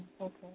okay